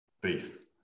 beef